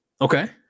Okay